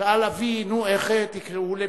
שאל אבי: נו, איך תקראו לבתך?